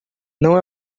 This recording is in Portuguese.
não